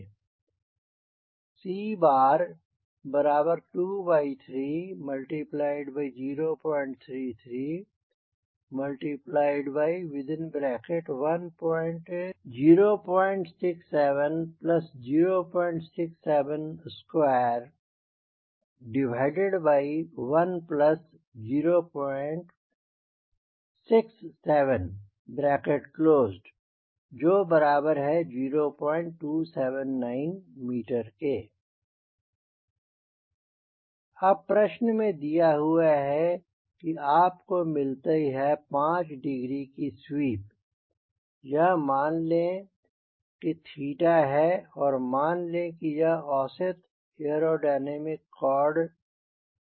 c230331067067210670279m अब प्रश्न में दिया हुआ है कि आप को मिलतीहै 5 डिग्री की स्वीप यह मान लें कि थीटा है और मान लें की यह औसत एयरोडायनामिक कॉर्ड है